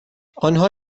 آنها